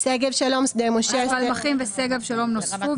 שגב שלום רק פלמחים ושגב שלום נוספו.